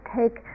take